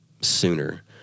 sooner